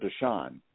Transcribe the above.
Deshaun